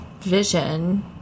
vision